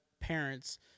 parents